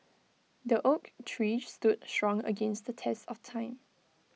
the oak tree stood strong against the test of time